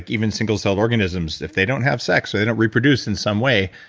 even single celled organisms, if they don't have sex, or they don't reproduce in some way,